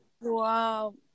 Wow